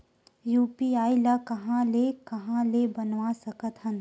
UPI ल कहां ले कहां ले बनवा सकत हन?